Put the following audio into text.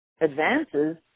advances